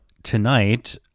tonight